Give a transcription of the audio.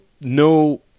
no